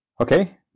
Okay